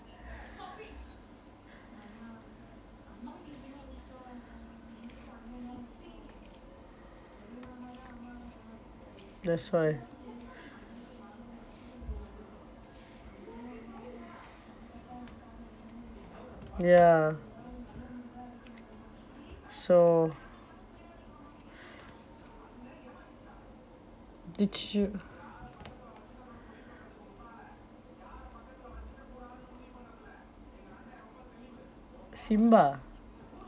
that's why ya so did you simba